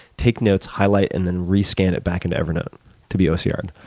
take notes, highlight and then rescan it back into evernote to be ocr'd.